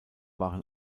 waren